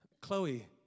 Chloe